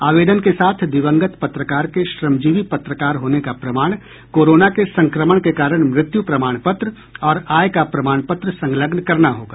आवेदन के साथ दिवंगत पत्रकार के श्रमजीवी पत्रकार होने का प्रमाण कोरोना के संक्रमण के कारण मृत्यु प्रमाण पत्र और आय का प्रमाण पत्र संलग्न करना होगा